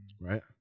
Right